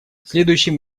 следующим